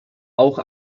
auch